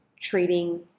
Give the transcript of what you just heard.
treating